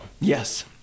Yes